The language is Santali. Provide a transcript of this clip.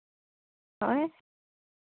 ᱦᱳᱭ